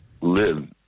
live